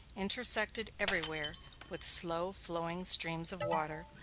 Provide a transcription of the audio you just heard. intersected every where with slow-flowing streams of water,